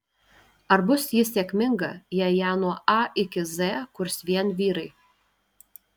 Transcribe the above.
ar bus ji sėkminga jei ją nuo a iki z kurs vien vyrai